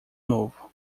novo